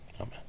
Amen